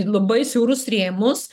labai siaurus rėmus